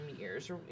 years